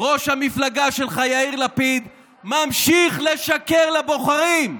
ראש המפלגה שלך יאיר לפיד ממשיך לשקר לבוחרים.